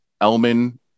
Elman